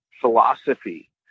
philosophy